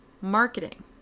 marketing